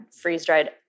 freeze-dried